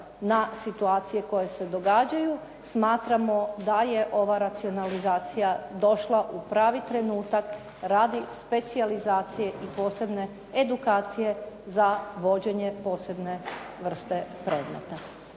na situacije koje se događaju smatramo da je ova racionalizacija došla u pravi trenutak radi specijalizacije i posebne edukacije za vođenje posebne vrste predmeta.